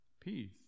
peace